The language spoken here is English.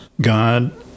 God—